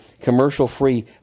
commercial-free